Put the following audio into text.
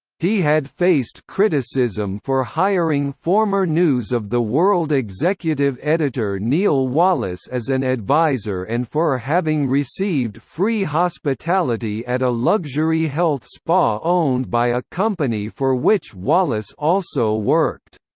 he had faced criticism for hiring former news of the world executive editor neil wallis as an advisor and for ah having received free hospitality at a luxury health spa owned by a company for which wallis also worked.